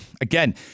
Again